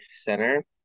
center